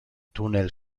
túnel